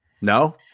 no